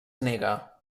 nega